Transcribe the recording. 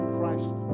Christ